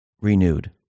renewed